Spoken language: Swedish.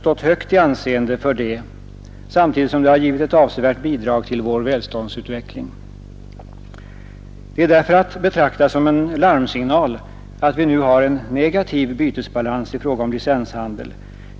stått högt i anseende för det, samtidigt som uppfinningarna har givit ett avsevärt bidrag till vår välståndsutveckling. Det är därför att betrakta som en larmsignal att vi nu har en negativ bytesbalans i fråga om licenshandel.